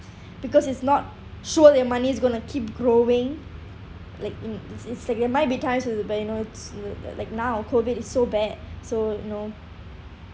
because it's not sure that your money's going to keep growing like in it's it's there might be times when the bank you know uh like now COVID is so bad so you know